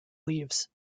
leaves